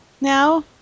now